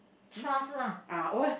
trust lah